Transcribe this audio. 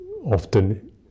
often